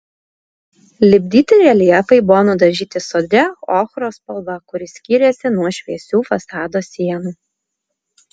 lipdyti reljefai buvo nudažyti sodria ochros spalva kuri skyrėsi nuo šviesių fasado sienų